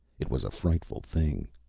it was a frightful thing.